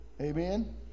amen